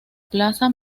plaza